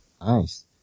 Nice